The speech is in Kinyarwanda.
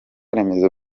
remezo